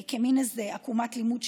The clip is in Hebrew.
כמין איזה עקומת לימוד שלמדנו.